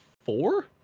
four